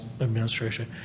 administration